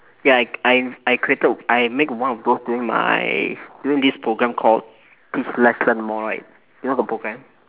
ya I I I created I make one of those during my during this program called teach less learn more right you know the program